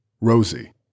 Rosie